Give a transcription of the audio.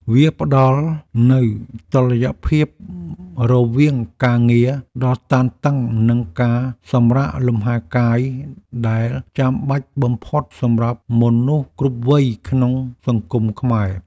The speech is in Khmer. វាផ្ដល់នូវតុល្យភាពរវាងការងារដ៏តានតឹងនិងការសម្រាកលំហែកាយដែលចាំបាច់បំផុតសម្រាប់មនុស្សគ្រប់វ័យក្នុងសង្គមខ្មែរ។